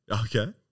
Okay